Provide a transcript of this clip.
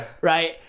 right